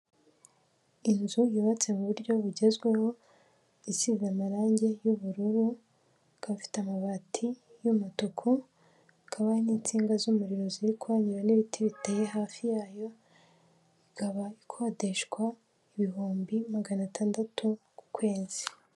Inzu yubatse mu buryo bugezweho isize amarange y'ubururu, ikaba ifite amabati y'umutuku, hakaba n'insinga z'umuriro ziri kuhanyura n'ibiti biteye hafi yayo, ikaba ikodeshwa ibihumbi magana atandatu ku kwezi.